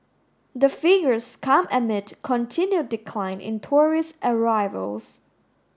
the figures come amid continued decline in tourist arrivals